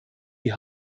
die